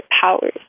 powers